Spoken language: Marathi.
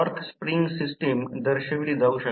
तर येथे हे या बिंदूला आहे येथे फक्त 0